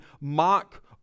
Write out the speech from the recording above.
mock